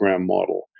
model